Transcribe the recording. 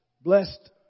Blessed